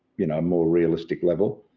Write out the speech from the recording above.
you know, more realistic level,